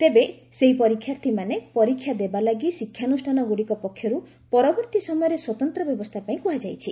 ତେବେ ସେହି ପରୀକ୍ଷାର୍ଥୀମାନେ ପରୀକ୍ଷା ଦେବାଲାଗି ଶିକ୍ଷାନୁଷ୍ଠାନଗୁଡ଼ିକ ପକ୍ଷରୁ ପରବର୍ତ୍ତୀ ସମୟରେ ସ୍ୱତନ୍ତ ବ୍ୟବସ୍ଥାପାଇଁ କୁହାଯାଇଛି